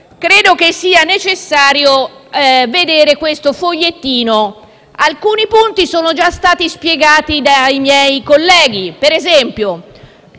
credo sia necessario esaminare questo fogliettino. Alcuni punti sono già stati spiegati dai miei colleghi. Ad esempio